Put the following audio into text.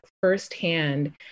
firsthand